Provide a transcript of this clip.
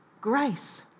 Grace